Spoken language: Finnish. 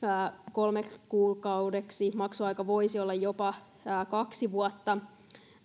kolmeksi kuukaudeksi ja maksuaika voisi olla jopa kaksi vuotta